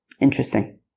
Interesting